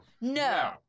No